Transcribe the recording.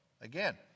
again